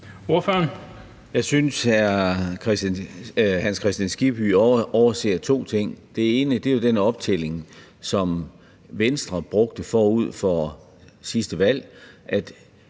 Orla Hav (S): Jeg synes, hr. Hans Kristian Skibby overser to ting. Den ene er jo den optælling, som Venstre brugte forud for sidste valg,